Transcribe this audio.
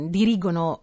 dirigono